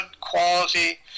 quality